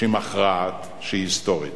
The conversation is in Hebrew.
שהיא מכרעת, שהיא היסטורית.